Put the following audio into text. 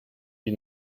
die